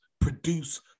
produce